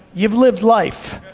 you've lived life.